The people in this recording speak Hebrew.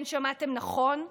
כן, שמעתם נכון.